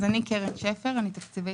זה כמו